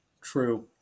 true